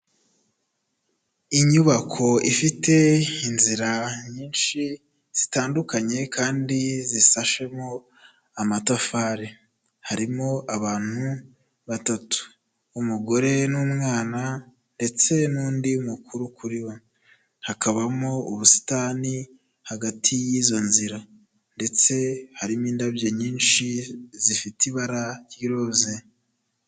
Inyubako ifite inzira nyinshi zitandukanye kandi zisashemo amatafari, harimo abantu batatu, umugore n'umwana ndetse n'undi mukuru kuri we, hakabamo ubusitani hagati y'izo nzira ndetse harimo indabyo nyinshi zifite ibara ry'iroze.